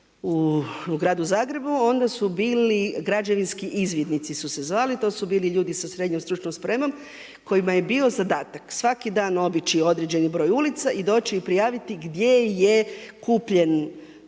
u gradu Zagrebu onda su bili građevinski izvidnici su se zvali. To su bili ljudi sa srednjom stručnom spremom kojima je bio zadatak svaki dan obići određeni broj ulica i doći i prijaviti gdje je kupljen